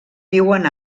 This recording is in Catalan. viuen